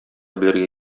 белергә